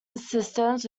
systems